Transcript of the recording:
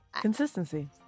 Consistency